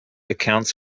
accounts